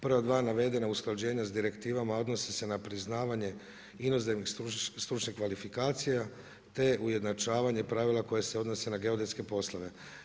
Prva dva navedena usklađivanja s direktivama odnosi se na priznavanje inozemnih stručnih kvalifikacija te ujednačavanje pravila koje se odnose na geodetske poslove.